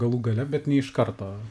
galų gale bet ne iš karto